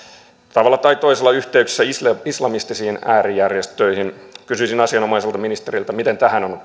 tavalla tai toisella yhteyksissä islamistisiin äärijärjestöihin kysyisin asianomaiselta ministeriltä miten tähän on